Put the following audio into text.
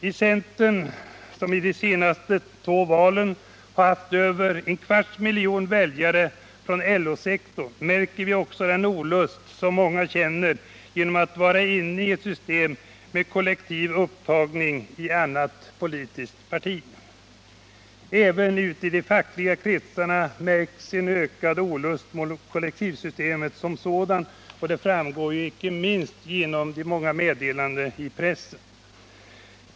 Inom centern, som vid de senaste två valen har haft över en kvarts miljon väljare från LO-sektorn, märker vi också att många känner en olust över att vara inne i ett system med kollektiv upptagning i annat politiskt parti. Även i de fackliga kretsarna märks en ökad olust över kollektivsystemet som sådant, vilket inte minst framgår av de många uttalandena i pressen.